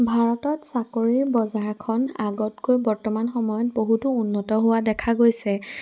ভাৰতত চাকৰিৰ বজাৰখন আগতকৈ বৰ্তমান সময়ত বহুতো উন্নত হোৱা দেখা গৈছে